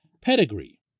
pedigree